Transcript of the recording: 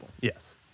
Yes